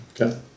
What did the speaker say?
Okay